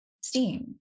steam